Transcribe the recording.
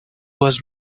was